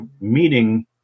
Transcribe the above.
meeting